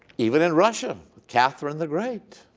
even in russia catherine the great